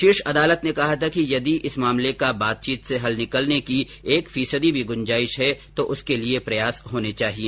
शीर्ष न्यायालय ने कहा था कि यदि इस मामले का बातचीत से हल करने की एक फीसदी भी गुंजाइश है तो उसके लिए प्रयास होना चाहिए